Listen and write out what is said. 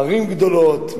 ערים גדולות,